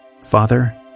Father